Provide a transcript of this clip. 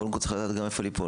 קודם כל צריך לדעת גם איפה ליפול.